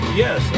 yes